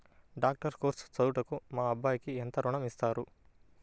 Doctor course చదువుటకు మా అబ్బాయికి ఎంత ఋణం ఇస్తారు?